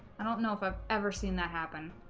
i don't know if i've ever seen that happen